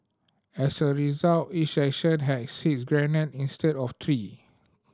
as a result each section had six grenade instead of three